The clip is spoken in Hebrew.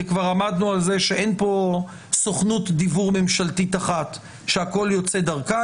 כי כבר עמדנו על זה שאין פה סוכנות דיוור ממשלתית אחת שהכול יוצא דרכה,